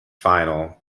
final